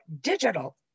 digital